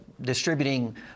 distributing